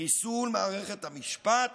חיסול מערכת המשפט